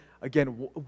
again